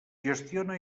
gestiona